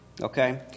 Okay